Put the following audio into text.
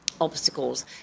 obstacles